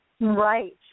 Right